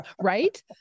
Right